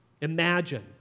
Imagine